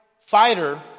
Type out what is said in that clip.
fighter